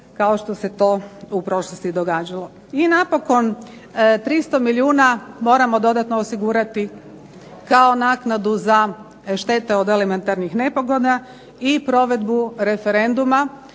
kao što se to u prošlosti događalo. I napokon 300 milijuna moramo dodatno osigurati kao naknadu za štete od elementarnih nepogoda i provedbu referenduma,